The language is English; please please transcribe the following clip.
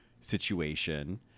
situation